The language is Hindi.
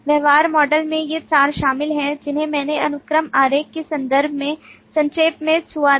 व्यवहार मॉडल में ये 4 शामिल हैं जिन्हें मैंने अनुक्रम आरेख के संदर्भ में संक्षेप में छुआ था